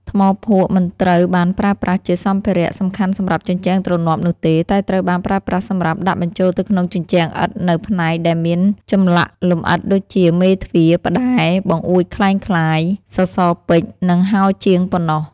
ថ្មភក់មិនត្រូវបានប្រើប្រាស់ជាសម្ភារៈសំខាន់សម្រាប់ជញ្ជាំងទ្រនាប់នោះទេ តែត្រូវបានប្រើប្រាស់សម្រាប់ដាក់បញ្ចូលទៅក្នុងជញ្ជាំងឥដ្ឋនូវផ្នែកដែលមានចម្លាក់លម្អិតដូចជា មេទ្វារ ផ្តែរ បង្អួចក្លែងក្លាយ សសរពេជ្រ និងហោជាងបុណ្ណោះ។